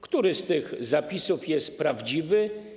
Który z tych zapisów jest prawdziwy?